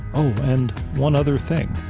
oh, and one other thing.